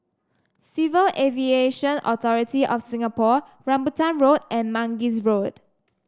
Civil Aviation Authority of Singapore Rambutan Road and Mangis Road